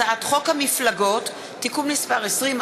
הצעת חוק המפלגות (תיקון מס' 20),